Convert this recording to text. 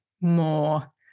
more